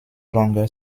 longer